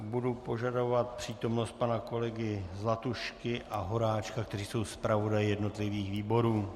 Budu požadovat přítomnost pana kolegy Zlatušky a Horáčka, kteří jsou zpravodaji jednotlivých výborů.